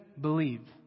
believe